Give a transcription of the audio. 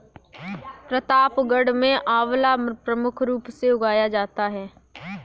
प्रतापगढ़ में आंवला प्रमुख रूप से उगाया जाता है